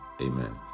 amen